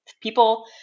people